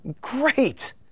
Great